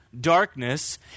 darkness